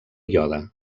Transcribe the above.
iode